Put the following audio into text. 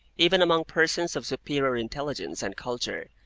even among persons of superior intelligence and culture,